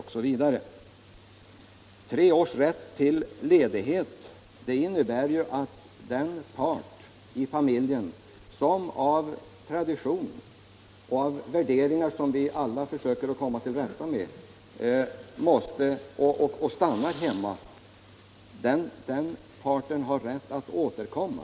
Rätt till tre års ledighet innebär ju att den part i familjen som av tradition och på grund av värderingar som vi alla försöker komma till rätta med stannar hemma kan återvända till sitt arbete.